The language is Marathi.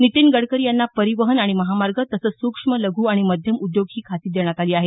नितीन गडकरी यांना परिवहन आणि महामार्ग तसंच सूक्ष्म लघ् आणि मध्यम उद्योग ही खाती देण्यात आली आहेत